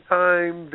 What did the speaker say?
time